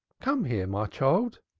come here, my child.